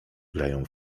grają